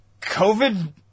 COVID